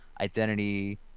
identity